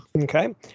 Okay